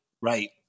Right